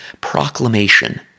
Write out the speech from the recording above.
proclamation